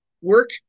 work